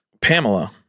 Pamela